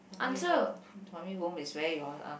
normally home normally home is where you all are